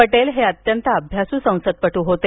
पटेल ते अत्यंत अभ्यासू संसदपटू होते